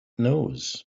knows